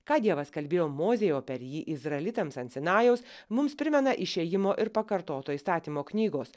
ką dievas kalbėjo mozei o per jį izraelitams ant sinajaus mums primena išėjimo ir pakartoto įstatymo knygos